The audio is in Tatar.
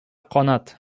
канат